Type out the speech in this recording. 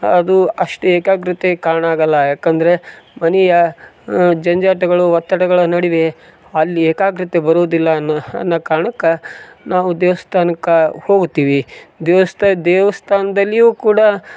ಅದು ಅಷ್ಟು ಏಕಾಗ್ರತೆ ಕಾರಣ ಆಗಲ್ಲ ಯಾಕಂದರೆ ಮನೆಯ ಜಂಜಾಟಗಳು ಒತ್ತಡಗಳ ನಡುವೆ ಅಲ್ಲಿ ಏಕಾಗ್ರತೆ ಬರುದಿಲ್ಲ ಅನ್ನೊ ಅನ್ನೋ ಕಾರಣಕ್ಕ ನಾವು ದೇವಸ್ಥಾನಕ್ಕೆ ಹೋಗುತ್ತೀವಿ ದೇವಸ್ಥಾನದಲ್ಲಿಯೂ ಕೂಡ